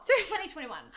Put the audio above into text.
2021